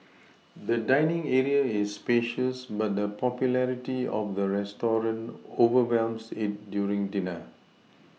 the dining area is spacious but the popularity of the restaurant overwhelms it during dinner